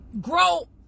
grow